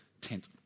tent